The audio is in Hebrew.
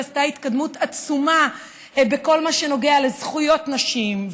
עשתה התקדמות עצומה בכל מה שנוגע לזכויות נשים,